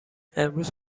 امروز